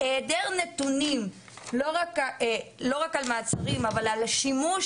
היעדר נתונים לא רק על מעצרים אבל על שימוש